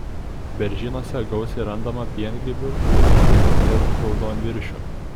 beržynuose gausiai randama piengrybių ūmėdžių ir raudonviršių